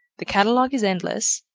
the catalogue is endless,